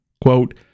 quote